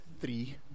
three